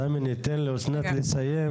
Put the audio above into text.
סמי, ניתן לאסנת לסיים.